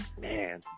man